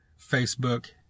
Facebook